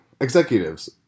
Executives